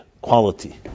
quality